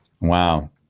Wow